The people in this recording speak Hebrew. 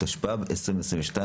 התשפ"ב 2022,